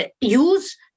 use